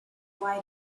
right